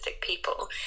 people